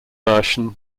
version